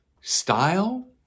Style